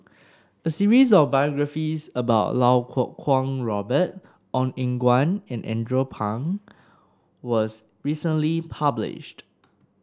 a series of biographies about Lau Kuo Kwong Robert Ong Eng Guan and Andrew Phang was recently published